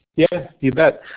yes, you bet.